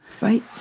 Right